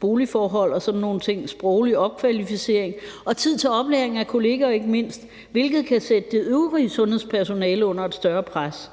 boligforhold og sådan nogle ting, sproglig opkvalificering og ikke mindst tid til oplæring af kollegaer, hvilket kan sætte det øvrige sundhedspersonale under et større pres.